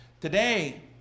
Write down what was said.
Today